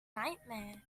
nightmare